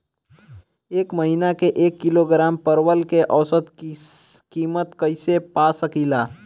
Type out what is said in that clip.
एक महिना के एक किलोग्राम परवल के औसत किमत कइसे पा सकिला?